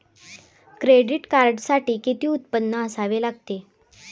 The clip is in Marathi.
क्रेडिट कार्डसाठी किती उत्पन्न असावे लागते?